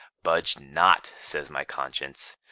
budge not says my conscience.